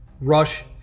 rush